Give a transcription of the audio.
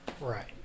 Right